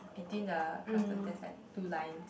between the crosster there's like two lines